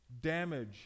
damage